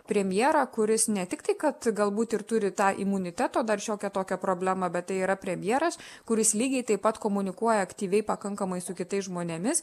premjerą kuris ne tik tai kad galbūt ir turi tą imuniteto dar šiokią tokią problemą bet tai yra premjeras kuris lygiai taip pat komunikuoja aktyviai pakankamai su kitais žmonėmis